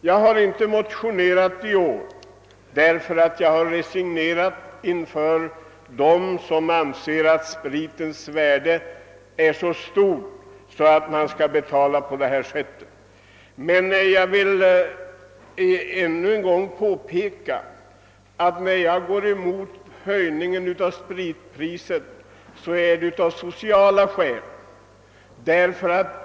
Jag har inte motionerat i år, därför att jag har resignerat inför dem, vilka anser att spritens värde är så stort att de kan godta en ytterligare höjning. Men ännu en gång vill jag påpeka att när jag nu går mot en höjning av spritpriset sker detta av sociala skäl.